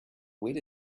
where